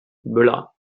müller